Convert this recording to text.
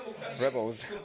rebels